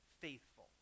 faithful